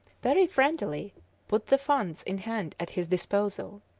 very friendlily put the funds in hand at his disposal.